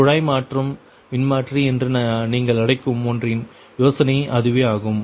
குழாய் மாற்றும் மின்மாற்றி என்று நீங்கள் அழைக்கும் ஒன்றின் யோசனை அதுவே ஆகும்